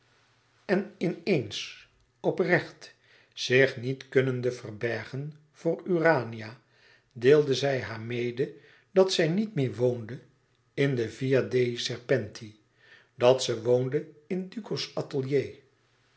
en in eens oprecht zich niet kunnende verbergen voor urania deelde zij haar mede dat zij niet meer woonde in de via dei serpenti dat ze woonde in duco's atelier